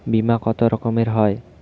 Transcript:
বিমা কত রকমের হয়?